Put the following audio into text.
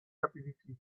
rapidity